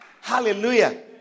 Hallelujah